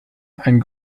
einen